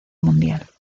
mundial